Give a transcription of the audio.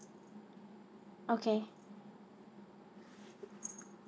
okay